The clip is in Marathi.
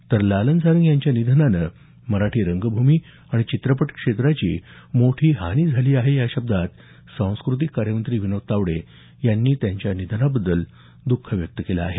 तर लालन सारंग यांच्या निधनानं मराठी रंगभूमी चित्रपट क्षेत्राची मोठी हानी झाली आहे या शब्दांत सांस्कृतिक कार्यमंत्री विनोद तावडे यांनी त्यांच्या निधनाबद्दल दःख व्यक्त केल आहे